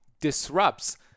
disrupts